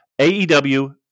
AEW